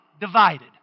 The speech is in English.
divided